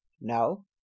No